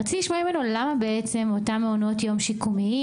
רציתי לשמוע ממנו למה אותם מעונות יום שיקומיים,